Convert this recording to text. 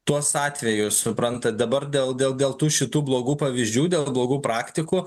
tuos atvejus suprantat dabar dėl dėl dėl tų šitų blogų pavyzdžių dėl blogų praktikų